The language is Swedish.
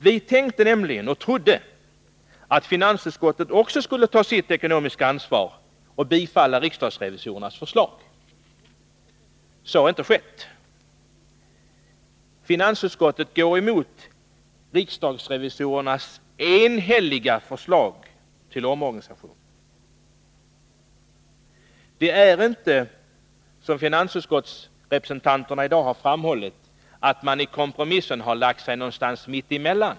Vi tänkte nämligen, och trodde, att finansutskottet också skulle ta sitt ekonomiska ansvar och bifalla riksdagsrevisorernas förslag. Så har inte skett. Finansutskottet går emot riksdagsrevisorernas enhälliga förslag till omorganisation. Det är inte, som finansutskottsrepresentanterna i dag har framhållit, på det sättet att man i kompromissen har lagt sig någonstans mitt emellan.